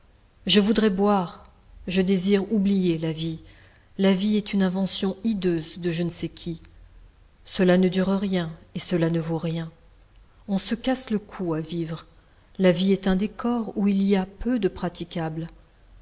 je voudrais boire je désire oublier la vie la vie est une invention hideuse de je ne sais qui cela ne dure rien et cela ne vaut rien on se casse le cou à vivre la vie est un décor où il y a peu de praticables